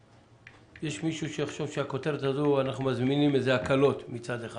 יש מישהו שיחשוב שהכותרת הזאת אנחנו מזמינים הקלות מצד אחד.